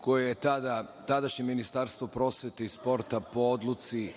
koje je tadašnje Ministarstvo prosvete i sporta po odluci